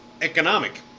economic